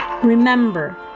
Remember